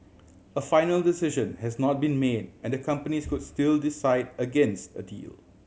a final decision has not been made and the companies could still decide against a deal